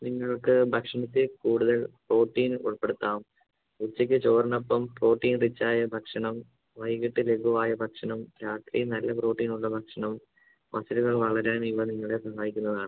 നിങ്ങൾക്ക് ഭക്ഷണത്തിൽ കൂടുതൽ പ്രോട്ടീന് ഉൾപ്പെടുത്താം ഉച്ചയ്ക്ക് ചോറിനൊപ്പം പ്രോട്ടീൻ റിച്ച് ആയ ഭക്ഷണം വൈകിട്ട് ലഘുവായ ഭക്ഷണം രാത്രിയും നല്ല പ്രോട്ടീനുള്ള ഭക്ഷണം മസിലുകൾ വളരാൻ ഇവ നിങ്ങളെ സഹായിക്കുന്നതാണ്